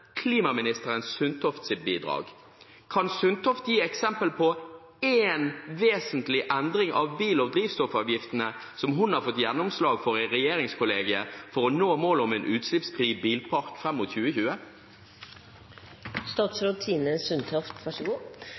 bidrag. Kan Sundtoft gi eksempel på én vesentlig endring av bil- og drivstoffavgiftene som hun har fått gjennomslag for i regjeringskollegiet for å nå målet om en utslippsfri bilpark fram mot 2020?